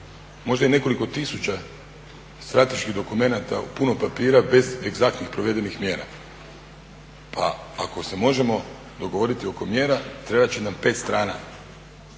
možda i nekoliko tisuća strateških dokumenata, puno papira bez egzaktnih provedenih mjera. Pa ako se možemo dogovoriti oko mjera trebat će nam 5 strana